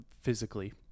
Physically